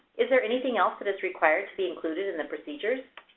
is there anything else that is required to be included in the procedures?